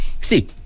See